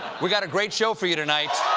we've got a great show for you tonight.